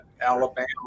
Alabama